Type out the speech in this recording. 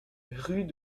rue